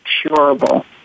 curable